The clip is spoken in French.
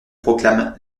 proclame